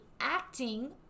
acting